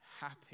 happy